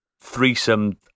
threesome